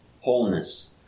wholeness